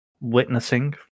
witnessing